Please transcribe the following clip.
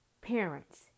Parents